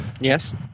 Yes